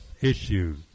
issues